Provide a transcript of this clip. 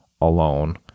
alone